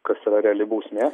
kas yra reali bausmė